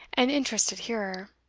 an interested hearer.